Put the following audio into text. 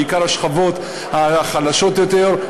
בעיקר השכבות החלשות יותר,